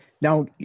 now